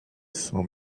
son